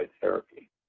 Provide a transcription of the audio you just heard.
therapy